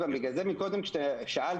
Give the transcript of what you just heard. כשאנחנו